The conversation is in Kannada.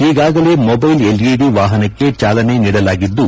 ಈಗಾಗಲೇ ಮೊಟೈಲ್ ಎಲ್ಇಡಿ ವಾಪನಕ್ಕೆ ಚಾಲನೆ ನೀಡಲಾಗಿದ್ದು